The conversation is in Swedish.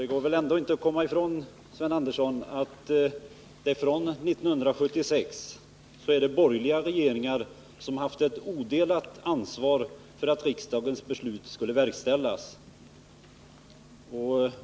Det går väl ändå inte att komma ifrån, Sven Andersson, att borgerliga regeringar från 1976 haft ett odelat ansvar för verkställandet av riksdagens beslut.